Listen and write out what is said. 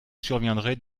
surviendraient